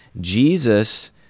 Jesus